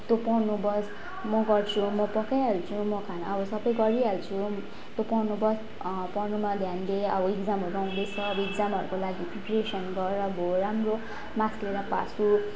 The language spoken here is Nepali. तँ पढ्नु बस् म गर्छु म पकाइहाल्छु म खानाहरू सबै गरिहाल्छु त पढ्नु बस् पढ्नुमा ध्यान दे अब इक्जामहरू आउँदैछ अब इक्जामहरूको लागि प्रिपरेसन गर् अब राम्रो मार्क्स ल्याएर पास हु